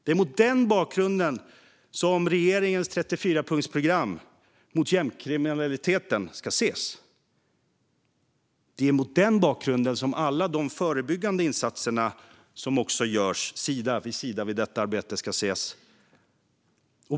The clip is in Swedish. Det är mot den bakgrunden som regeringens 34-punktsprogram mot gängkriminaliteten ska ses. Det är mot den bakgrunden som alla de förebyggande insatser som görs vid sidan av detta arbete ska ses.